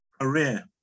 career